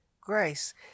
grace